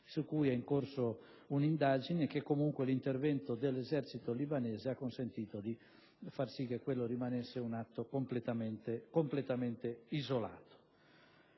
su cui è in corso un'indagine, e comunque l'intervento dell'esercito libanese ha consentito che rimanesse un atto completamente isolato.